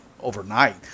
overnight